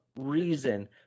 reason